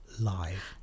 live